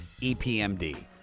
EPMD